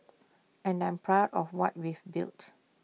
and I'm proud of what we've built